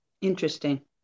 Interesting